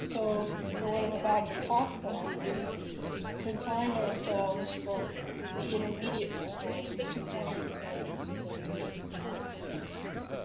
so for what i'm about to talk about we confined ourselves from the intermediate-mass stars from two point eight solar masses up to eighteen solar masses.